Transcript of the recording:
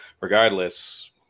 regardless